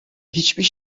hiçbir